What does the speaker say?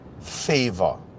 favor